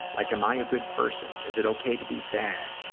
like am i a good person, is it okay to be sad.